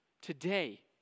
today